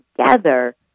together